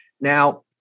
Now